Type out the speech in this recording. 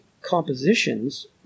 compositions